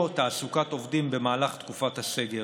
על תעסוקת עובדים במהלך תקופת הסגר.